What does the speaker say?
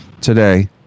today